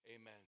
Amen